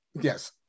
Yes